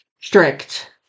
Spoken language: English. strict